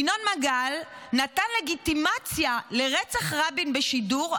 ינון מגל נתן לגיטימציה לרצח רבין בשידור,